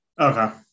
Okay